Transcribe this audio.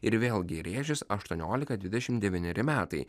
ir vėlgi rėžis aštuoniolika dvidešimt devyneri metai